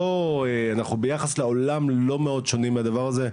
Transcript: אנחנו ביחס לעולם לא מאוד שונים בדבר הזה.